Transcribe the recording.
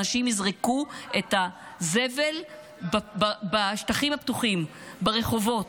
אנשים יזרקו את הזבל בשטחים הפתוחים, ברחובות.